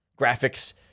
graphics